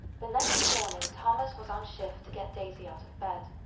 the next morning, thomas was on shift to get daisy out of bed.